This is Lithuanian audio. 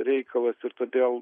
reikalas ir todėl